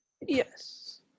yes